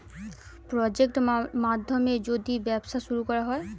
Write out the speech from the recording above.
project মাধ্যমে যদি ব্যবসা শুরু করা হয়